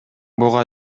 буга